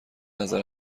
نظر